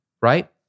right